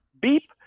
Beep